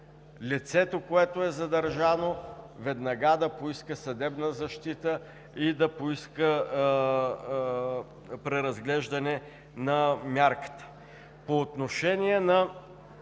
лицето, което е задържано, веднага да поиска съдебна защита и преразглеждане на мярката.